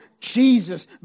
Jesus